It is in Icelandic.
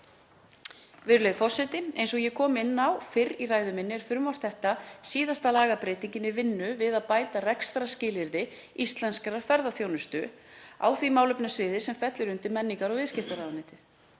Virðulegur forseti. Eins og ég kom inn á fyrr í ræðu minni er frumvarp þetta síðasta lagabreytingin í vinnu við að bæta rekstrarskilyrði íslenskrar ferðaþjónustu á því málefnasviði sem fellur undir menningar- og viðskiptaráðuneytið.